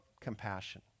compassion